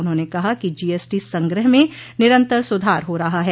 उन्होंने कहा कि जी एस टी संग्रह में निरंतर सुधार हो रहा है